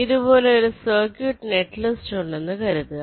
ഇതുപോലെ ഒരു circuit netlist ഉണ്ടെന്നു കരുതുക